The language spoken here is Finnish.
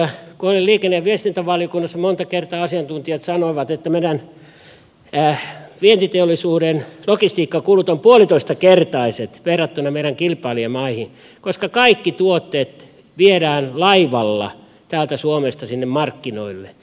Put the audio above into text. kun olin liikenne ja viestintävaliokunnassa monta kertaa asiantuntijat sanoivat että meidän vientiteollisuuden logistiikkakulut ovat puolitoistakertaiset verrattuna meidän kilpailijamaihin koska kaikki tuotteet viedään laivalla täältä suomesta sinne markkinoille